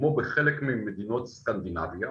כמו שבחלק ממדינות סקנדינביה,